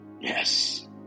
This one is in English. yes